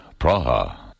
Praha